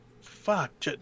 fuck